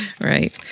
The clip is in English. Right